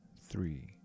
three